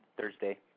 Thursday